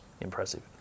impressive